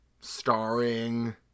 Starring